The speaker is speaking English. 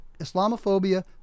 Islamophobia